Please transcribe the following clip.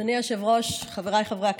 אדוני היושב-ראש, חבריי חברי הכנסת,